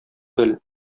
бел